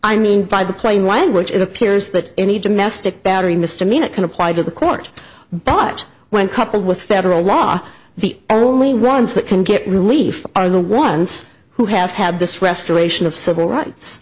i mean by the plain language it appears that any domestic battery mr mean it can apply to the court but when coupled with federal law the only ones that can get relief are the ones who have had this restoration of civil rights